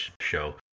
show